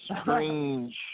strange